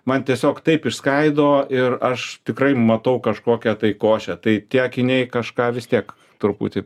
man tiesiog taip išskaido ir aš tikrai matau kažkokią tai košę tai tie akiniai kažką vis tiek truputį